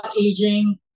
aging